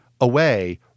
away